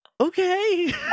Okay